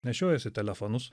nešiojasi telefonus